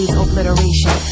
obliteration